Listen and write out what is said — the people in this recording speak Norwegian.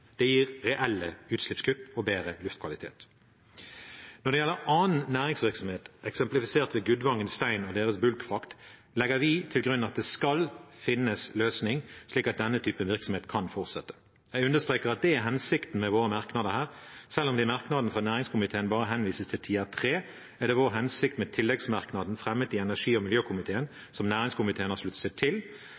Det gir reelle utslippskutt og bedre luftkvalitet. Når det gjelder annen næringsvirksomhet, eksemplifisert ved Gudvangen Stein og deres bulkfrakt, legger vi til grunn at det skal finnes en løsning, slik at denne typen virksomhet kan fortsette. Jeg understreker at det er hensikten med våre merknader her. Selv om det i merknaden fra næringskomiteen bare henvises til Tier III, er det vår hensikt med tilleggsmerknaden fremmet i energi- og miljøkomiteen, som næringskomiteen har sluttet seg